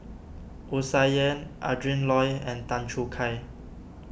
Wu Tsai Yen Adrin Loi and Tan Choo Kai